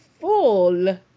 full